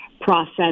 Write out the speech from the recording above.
process